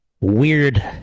weird